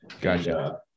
Gotcha